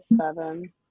seven